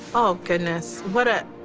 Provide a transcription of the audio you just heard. oh, goodness! what a oh,